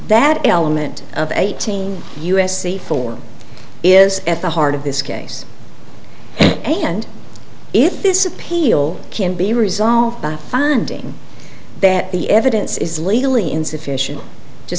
that element of eighteen u s c four is at the heart of this case and if this appeal can be resolved by finding that the evidence is legally insufficient to